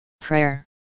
Prayer